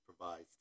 provides